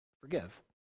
forgive